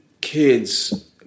kids